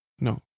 no